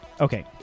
Okay